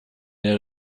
der